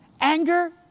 Anger